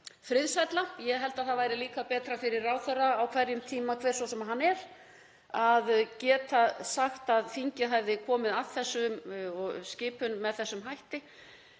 friðsælla. Ég held að það væri líka betra fyrir ráðherra á hverjum tíma, hver svo sem hann er, að geta sagt að þingið hafi komið að skipun með þessum hætti.